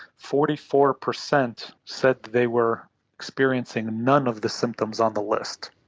forty four percent said they were experiencing none of the symptoms on the list.